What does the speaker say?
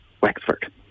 Wexford